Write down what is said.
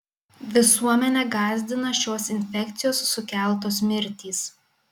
visuomenę gąsdina šios infekcijos sukeltos mirtys